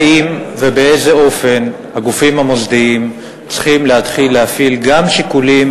האם ובאיזה אופן הגופים המוסדיים צריכים להתחיל להפעיל גם שיקולים